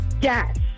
Yes